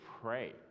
pray